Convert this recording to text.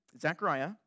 Zechariah